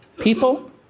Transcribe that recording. people